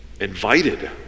invited